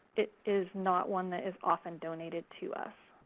it is not one that is often donated to us.